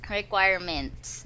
requirements